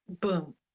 Boom